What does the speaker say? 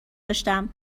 داشتم